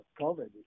COVID